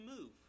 move